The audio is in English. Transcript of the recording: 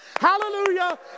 Hallelujah